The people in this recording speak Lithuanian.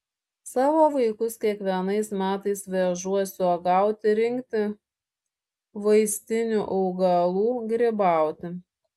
savo vaikus kiekvienais metais vežuosi uogauti rinkti vaistinių augalų grybauti